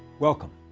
welcome.